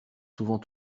souvent